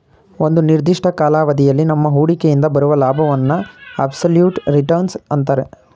ಒಂದು ನಿರ್ದಿಷ್ಟ ಕಾಲಾವಧಿಯಲ್ಲಿ ನಮ್ಮ ಹೂಡಿಕೆಯಿಂದ ಬರುವ ಲಾಭವನ್ನು ಅಬ್ಸಲ್ಯೂಟ್ ರಿಟರ್ನ್ಸ್ ಅಂತರೆ